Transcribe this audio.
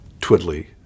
twiddly